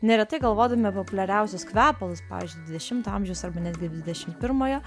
neretai galvodami apie populiariausius kvepalus pavyzdžiui dvidešimto amžiaus arba netgi dvidešimt pirmojo